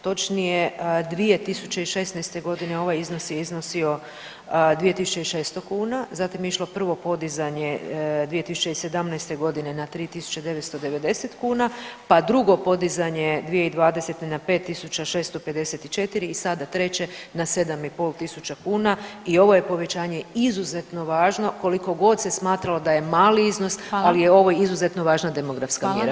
Točnije 2016. godine ovaj iznos je iznosi 2.600 kuna, zatim je išlo prvo podizanje 2017. godine na 3.990 kuna, pa drugo podizanje 2020. na 5.654 i sada treće na 7.500 kuna i ovo je povećanje izuzetno važno koliko god se smatralo da je mali iznos [[Upadica: Hvala.]] ali je ovo izuzetno važna demografska mjera.